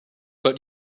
but